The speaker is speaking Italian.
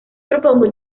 propongo